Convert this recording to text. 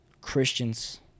Christians